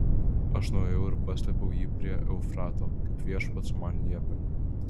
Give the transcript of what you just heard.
aš nuėjau ir paslėpiau jį prie eufrato kaip viešpats man liepė